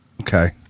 Okay